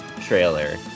trailer